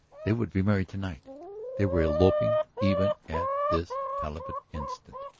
they would be married to-night they were eloping even at this palpitant instant!